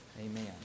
Amen